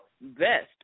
best